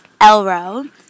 Elro